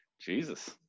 Jesus